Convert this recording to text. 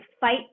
fight